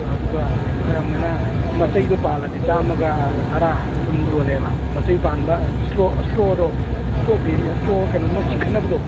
ꯑꯗꯨꯒ ꯈꯔ ꯑꯃꯅ ꯃꯆꯩꯗꯨ ꯄꯥꯜꯂꯗꯤ ꯆꯥꯝꯃꯒ ꯇꯔꯥ ꯀꯨꯟ ꯌꯣꯜꯂꯦꯕ ꯃꯆꯩ ꯄꯥꯟꯕ ꯏꯁꯇ꯭ꯔꯣꯗꯣ ꯏꯁꯇ꯭ꯔꯣꯕꯦꯔꯤ ꯏꯁ꯭ꯇꯔꯣ ꯀꯩꯅꯣꯃ ꯆꯤꯡꯈꯠꯅꯕꯗꯣ